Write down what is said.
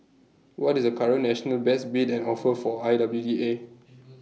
what is the current national best bid and offer for I W D A